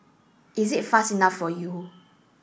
is it fast enough for you